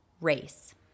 race